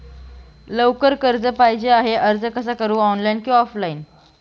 लवकर कर्ज पाहिजे आहे अर्ज कसा करु ऑनलाइन कि ऑफलाइन?